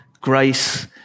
grace